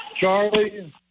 Charlie